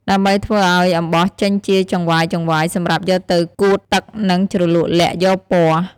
ដើម្បីធ្វើឲ្យអំបោះចេញជាចង្វាយៗសម្រាប់យកទៅកួតទឹកនិងជ្រលក់ល័ក្តយកពណ៏។